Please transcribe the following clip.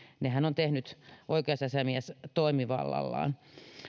nehän on tehnyt oikeusasiamies toimivallallaan